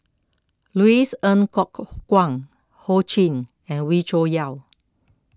Louis Ng Kok Kwang Ho Ching and Wee Cho Yaw